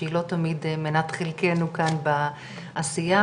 צריך ללמוד מטעויות העבר ולא לשמוע אחר כך מה שאתה כרגע אמרת.